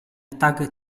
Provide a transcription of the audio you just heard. tag